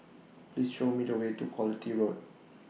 Please Show Me The Way to Quality Road